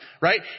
right